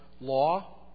law